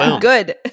good